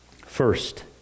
First